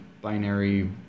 binary